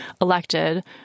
elected